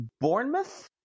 Bournemouth